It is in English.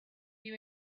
you